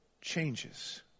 changes